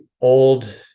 old